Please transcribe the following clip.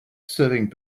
serving